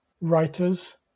writers